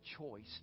choice